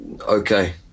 Okay